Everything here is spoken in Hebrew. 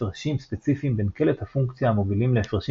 הפרשים ספציפיים בין קלט הפונקציה המובילים להפרשים